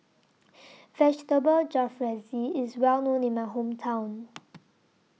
Vegetable Jalfrezi IS Well known in My Hometown